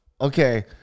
okay